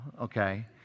okay